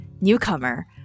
newcomer